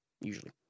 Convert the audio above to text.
Usually